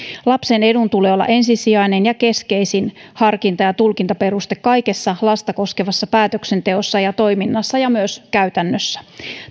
lapsen edun tulee olla ensisijainen ja keskeisin harkinta ja tulkintaperuste kaikessa lasta koskevassa päätöksenteossa ja toiminnassa ja myös käytännössä